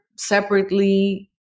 Separately